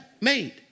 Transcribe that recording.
made